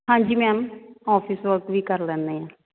ਹਾਂਜੀ ma'am office work ਵੀ ਕਰ ਲੈਂਦੇ ਹਾਂ